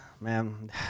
Man